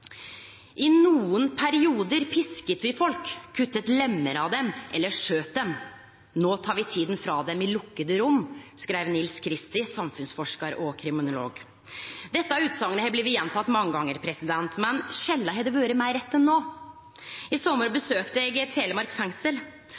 «I noen perioder pisket vi folk, kuttet lemmer av dem, eller skjøt dem. Nå tar vi tiden fra dem i lukkede rom,» skreiv Nils Christie, samfunnsforskar og kriminolog. Denne utsegna har blitt gjenteke mange gonger, men sjeldan har det vore meir rett enn no. I